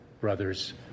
brothers